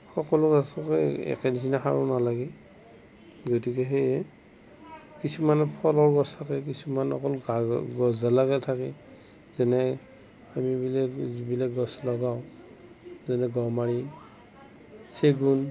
সকলো গছকে একে নিচিনা সাৰো নালাগে গতিকে সেয়ে কিছুমান ফলৰ গছ থাকে কিছুমান অকল গা গছডালহে থাকে যেনে আমি এইবিলাক যিবিলাক গছ লগাওঁ যেনে গমাৰি চেগুন